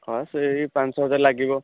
ହଁ ସେହି ପାଞ୍ଚ ହଜାର ଲାଗିବ